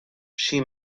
she